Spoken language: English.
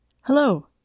Hello